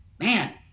man